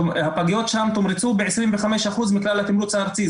הפגיות שם תומרצו ב-25% מכלל התמרוץ הארצי.